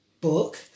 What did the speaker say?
book